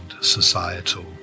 societal